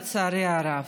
לצערי הרב.